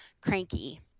cranky